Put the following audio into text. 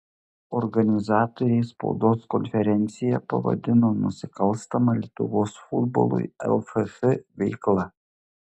organizatoriai spaudos konferenciją pavadino nusikalstama lietuvos futbolui lff veikla